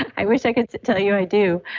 i wish i could tell you i do